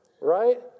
right